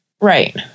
Right